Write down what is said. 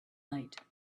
night